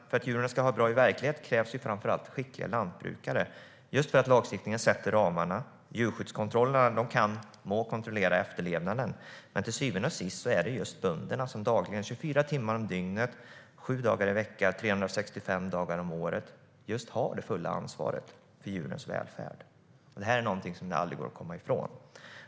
För att djuren ska ha det bra i verkligheten krävs framför allt skickliga lantbrukare. Lagstiftningen må sätta ramarna, och djurskyddskontrollerna må kontrollera efterlevnaden. Men till syvende och sist är det bönderna som dagligen - 24 timmar om dygnet, sju dagar i veckan och 365 dagar om året - har det fulla ansvaret för djurens välfärd. Det är någonting som det aldrig går att komma ifrån.